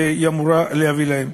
שאמורה להגיע להם.